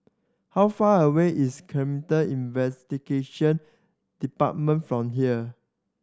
how far away is Investigation Department from here